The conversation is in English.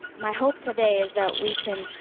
my hope today is that we can